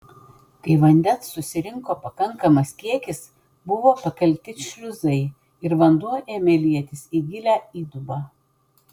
kai vandens susirinko pakankamas kiekis buvo pakelti šliuzai ir vanduo ėmė lietis į gilią įdubą